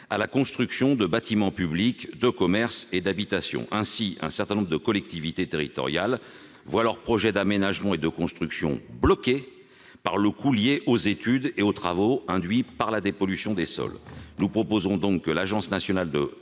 à la construction de bâtiments publics, de commerces et d'habitations. Ainsi, un certain nombre de collectivités territoriales voient leurs projets d'aménagement et de construction bloqués en raison du coût des études et des travaux induits par la dépollution des sols. Nous proposons donc que l'agence nationale de